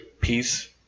Peace